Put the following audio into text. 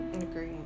Agree